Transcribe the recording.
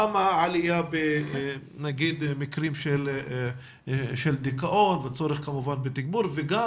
גם העלייה במקרים של דיכאון והצורך בתגבור וגם